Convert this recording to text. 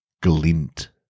Glint